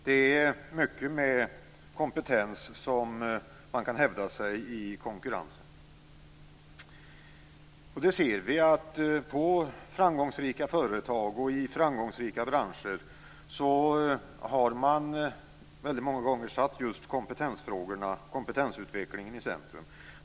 Det är till stor del med kompetens som man kan hävda sig i konkurrensen. Vi ser att man på framgångsrika företag och i framgångsrika branscher många gånger har satt just kompetensfrågor och kompetensutveckling i centrum.